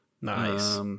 Nice